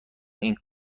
اینکه